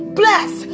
bless